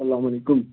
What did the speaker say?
سلام علیکُم